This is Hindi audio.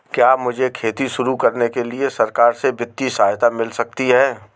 क्या मुझे खेती शुरू करने के लिए सरकार से वित्तीय सहायता मिल सकती है?